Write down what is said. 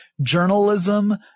journalism